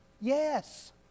Yes